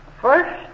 First